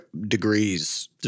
degrees